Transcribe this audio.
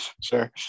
Sure